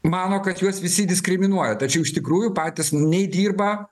mano kad juos visi diskriminuoja tačiau iš tikrųjų patys nei dirba